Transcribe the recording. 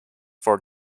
for